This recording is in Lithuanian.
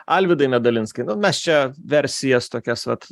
alvydai medalinskai nu mes čia versijas tokias vat